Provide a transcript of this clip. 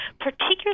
particularly